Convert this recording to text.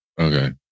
Okay